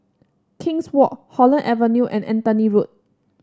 King's Walk Holland Avenue and Anthony Road